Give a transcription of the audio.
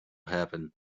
happen